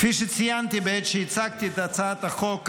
כפי שציינתי בעת שהצגתי את הצעת החוק הקודמת,